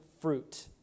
fruit